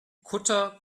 kutter